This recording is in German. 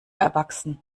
erwachsen